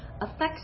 affects